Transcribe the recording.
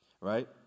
right